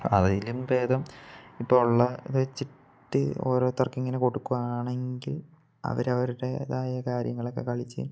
അതിലും ഭേദം ഇപ്പം ഉള്ള ഇത് വെച്ചിട്ട് ഓരോരുത്തർക്ക് ഇങ്ങനെ കൊടുക്കുക ആണെങ്കിൽ അവരവരുടേതായ കാര്യങ്ങൾ ഒക്കെ കളിച്ച്